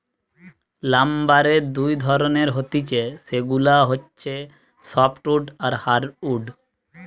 লাম্বারের দুই ধরণের হতিছে সেগুলা হচ্ছে সফ্টউড আর হার্ডউড